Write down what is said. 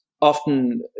often